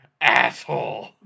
asshole